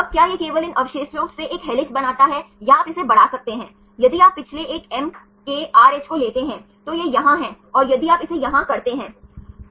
इस छोटे ra और छोटे rb से कम हो सकता है इस वैन डेर वाल्स रेडी वे इस मामले में टकराते हैं यह संभव नहीं है इसे एक डिसॉलोवेद क्षेत्र कहा जाता है